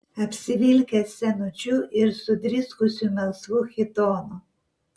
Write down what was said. apsivilkęs senučiu ir sudriskusiu melsvu chitonu